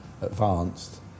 advanced